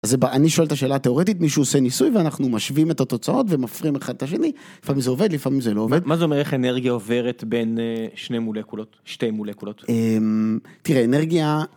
אז אני שואל את השאלה התיאורטית, מישהו עושה ניסוי ואנחנו משווים את התוצאות ומפרים אחד את השני, לפעמים זה עובד, לפעמים זה לא עובד. מה זה אומר איך אנרגיה עוברת בין שני מולקולות, שתי מולקולות? תראה, אנרגיה...